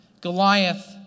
Goliath